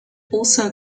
also